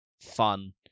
fun